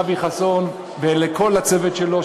אבי חסון וכל הצוות שלו,